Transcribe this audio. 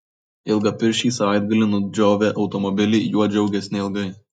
ilgapirščiai savaitgalį nudžiovę automobilį juo džiaugėsi neilgai